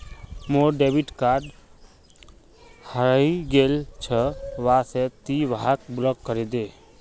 मोर debit card हरइ गेल छ वा से ति वहाक ब्लॉक करे दे